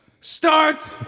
Start